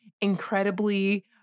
incredibly